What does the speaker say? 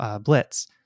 blitz